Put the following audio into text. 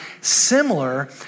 Similar